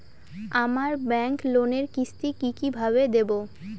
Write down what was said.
আমার ব্যাংক লোনের কিস্তি কি কিভাবে দেবো?